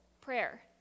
prayer